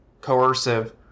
coercive